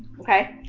okay